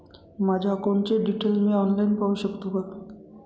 माझ्या अकाउंटचे डिटेल्स मी ऑनलाईन पाहू शकतो का?